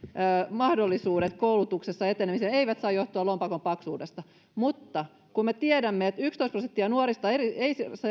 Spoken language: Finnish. mahdollisuudet koulutuksessa etenemiseen eivät saa johtua lompakon paksuudesta mutta kun me tiedämme että yksitoista prosenttia nuorista ei